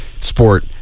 sport